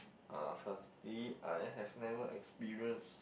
uh firstly I have never experienced